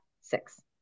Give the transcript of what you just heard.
six